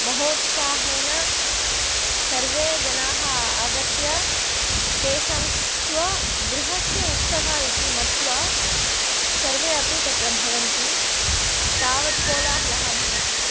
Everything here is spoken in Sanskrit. महोत्साहेन सर्वे जनाः आगत्य तेषां स्व गृहस्य उत्सवः इति मत्वा सर्वे अपि तत्र भवन्ति तावत् कोलाहलः भवति